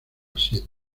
siete